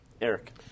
Eric